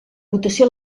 votació